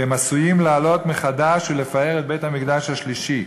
כי הם עשויים לעלות מחדש ולפאר את בית-המקדש השלישי.